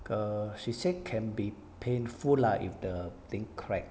err she said can be painful lah if the thing crack